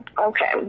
Okay